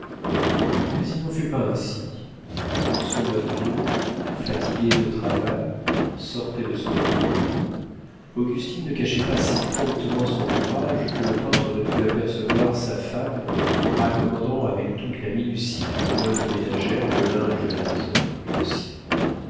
mais il n'en fut pas ainsi quand sommervieux fatigué de travail sortait de son atelier augustine ne cachait pas si promptement son ouvrage que le peintre ne pût apercevoir sa femme raccommodant avec toute la minutie d'une bonne ménagère le linge de la maison et le sien